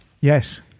Yes